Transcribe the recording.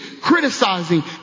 criticizing